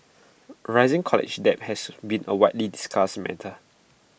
rising college debt has been A widely discussed matter